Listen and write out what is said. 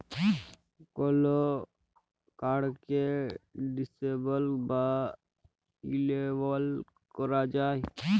call কাড়কে disable বা enable ক্যরা যায়